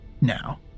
now